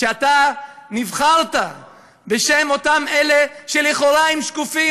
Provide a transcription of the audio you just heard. אתה נבחרת בשם אלה שלכאורה הם שקופים,